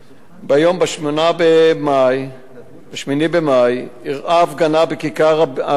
ב-8 במאי אירעה הפגנה בכיכר "הבימה"